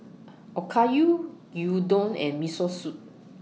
Okayu Gyudon and Miso Soup